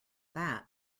that